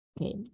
Okay